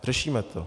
Řešíme to.